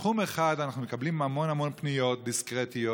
בתחום אחד אנחנו מקבלים המון המון פניות דיסקרטיות,